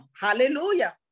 hallelujah